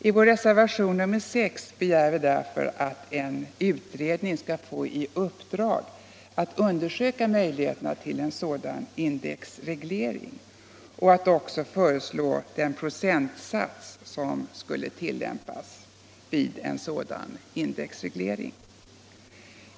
I vår reservation nr 6 begär vi därför att en utredning skall få i uppdrag att undersöka möjligheterna till en sådan indexreglering och att också föreslå den procentsats som skulle tillämpas vid en indexreglering.